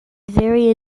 very